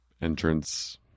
entrance